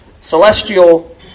celestial